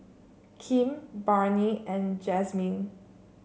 Kim Barnie and Jazmyne